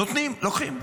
נותנים, לוקחים.